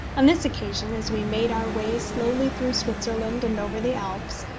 on this occasion, as we made our way slowly through switzerland and over the alps,